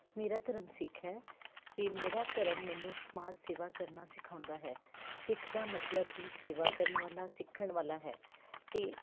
ਮੇਰਾ ਧਰਮ ਸਿੱਖ ਹੈ ਅਤੇ ਮੇਰਾ ਧਰਮ ਮੈਨੂੰ ਸਮਾਜ ਸੇਵਾ ਕਰਨਾ ਸਿਖਾਉਂਦਾ ਹੈ ਸਿੱਖ ਦਾ ਮਤਲਬ ਹੀ ਸੇਵਾ ਕਰਨ ਵਾਲਾ ਸਿੱਖਣ ਵਾਲਾ ਹੈ ਅਤੇ